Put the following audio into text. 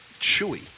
chewy